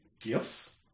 gifts